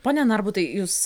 pone narbutai jūs